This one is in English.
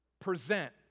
present